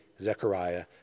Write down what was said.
Zechariah